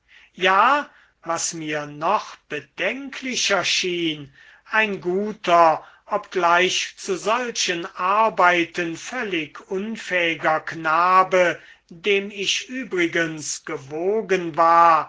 ja was mir noch bedenklicher schien ein guter obgleich zu solchen arbeiten völlig unfähiger knabe dem ich übrigens gewogen war